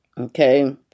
okay